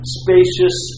spacious